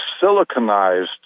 siliconized